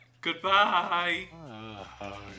Goodbye